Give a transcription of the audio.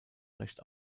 recht